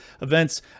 events